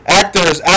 actors